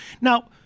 Now